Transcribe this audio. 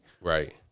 Right